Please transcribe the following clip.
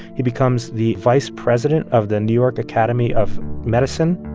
he becomes the vice president of the new york academy of medicine,